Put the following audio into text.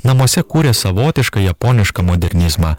namuose kūrė savotišką japonišką modernizmą